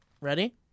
Ready